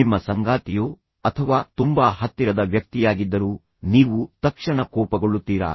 ನಿಮ್ಮ ಸಂಗಾತಿಯೋ ಅಥವಾ ತುಂಬಾ ಹತ್ತಿರದ ವ್ಯಕ್ತಿಯಾಗಿದ್ದರೂ ನೀವು ತಕ್ಷಣ ಕೋಪಗೊಳ್ಳುತ್ತೀರಾ